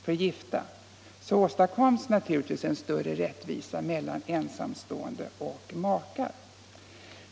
för gifta åstadkommes naturligtvis en större rättvisa mellan ensamstående och makar.